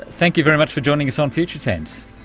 thank you very much for joining us on future tense.